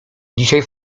dzisiaj